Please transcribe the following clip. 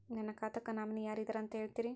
ನನ್ನ ಖಾತಾಕ್ಕ ನಾಮಿನಿ ಯಾರ ಇದಾರಂತ ಹೇಳತಿರಿ?